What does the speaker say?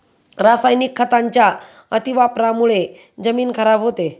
रासायनिक खतांच्या अतिवापरामुळे जमीन खराब होते